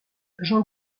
jean